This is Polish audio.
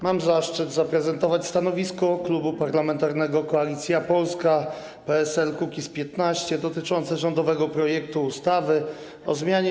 Mam zaszczyt zaprezentować stanowisko Klubu Parlamentarnego Koalicja Polska - PSL - Kukiz15 dotyczące rządowego projektu ustawy o zmianie